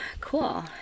cool